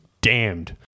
damned